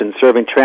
serving